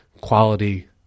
quality